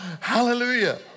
Hallelujah